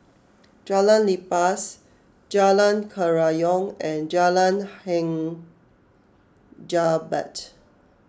Jalan Lepas Jalan Kerayong and Jalan Hang Jebat